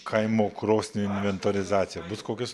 kaimo krosnį inventorizaciją bus kokios